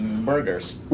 Burgers